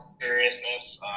seriousness